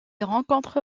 rencontre